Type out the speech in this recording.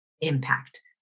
impact